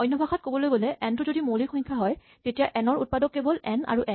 অন্যভাষাত ক'বলৈ গ'লে এন টো যদি মৌলিক সংখ্যা হয় তেতিয়া এন ৰ উৎপাদক কেৱল এন আৰু এক